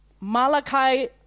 Malachi